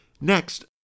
Next